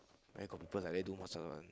where got people like that do massage one